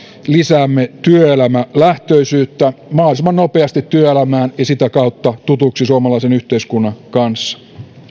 lisäämme työelämälähtöisyyttä mahdollisimman nopeasti työelämään ja sitä kautta tutuksi suomalaisen yhteiskunnan kanssa